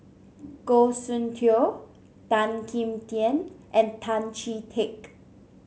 Goh Soon Tioe Tan Kim Tian and Tan Chee Teck